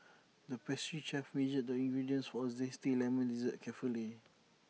the pastry chef measured the ingredients for A Zesty Lemon Dessert carefully